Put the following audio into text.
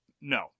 no